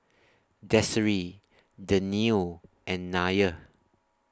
Desiree Danielle and Nyah